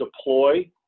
deploy